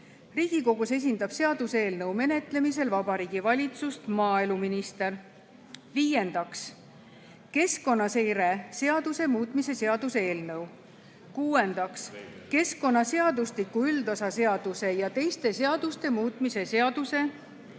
Riigikogus esindab seaduseelnõu menetlemisel Vabariigi Valitsust maaeluminister. Viiendaks, keskkonnaseire seaduse muutmise seaduse eelnõu. Kuuendaks, keskkonnaseadustiku üldosa seaduse ja teiste seaduste muutmise seaduse